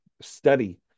study